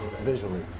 visually